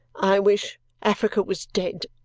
i wish africa was dead!